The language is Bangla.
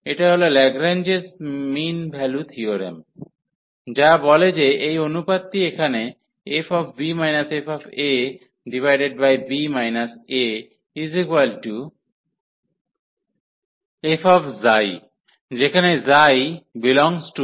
এটা হল ল্যাগরেঞ্জ মিন ভ্যালু থিওরেম যা বলে যে এই অনুপাতটি এখানে fb fab afξ যেখানে ξ∈ab